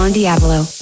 Diablo